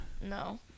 No